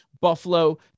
Buffalo